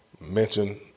mention